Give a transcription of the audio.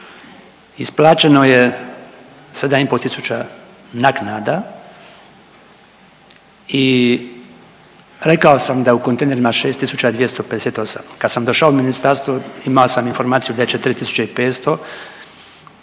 Isplaćeno je 7,5 tisuća naknada i rekao sam da je u kontejnerima 6.258. Kad sam došao u ministarstvo imao sam informaciju da je 4.500,